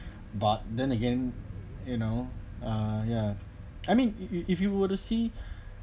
but then again you know uh ya I mean if if you if you were to see